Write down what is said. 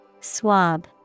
Swab